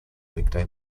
weekday